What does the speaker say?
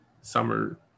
summer